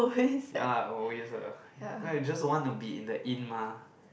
ya always eh I got just wanna be in the in mah